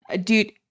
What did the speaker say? dude